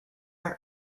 are